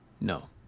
no